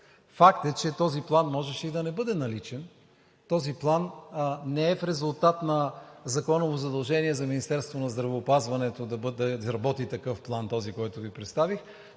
Факт е, че този план можеше да не бъде наличен. Този план не е в резултат на законово задължение на Министерството на здравеопазването да работи такъв план, този, който Ви представих,